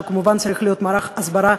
שכמובן צריך להיות מערך הסברה